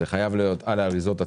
חייב להיות על המכשיר.